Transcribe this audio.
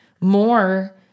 more